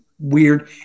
weird